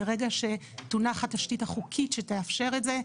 ברגע שתונח התשתית החוקית שתאפשר את זה,